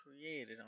Created